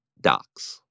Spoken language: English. docs